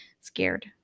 scared